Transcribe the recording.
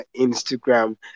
instagram